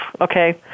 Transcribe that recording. Okay